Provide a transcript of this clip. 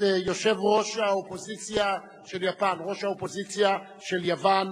את יושב-ראש האופוזיציה של יוון,